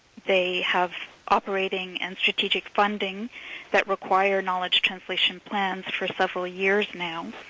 they have operating and strategic funding that require knowledge translation plans for several years now,